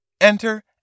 Enter